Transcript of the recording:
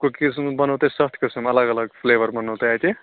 cookies منٛز بنو تۄہِہ سَتھ قٕسٕم الگ الگ فٕلیَور بنو تۄہہِ اَتہِ